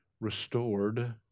restored